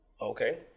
Okay